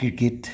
cricket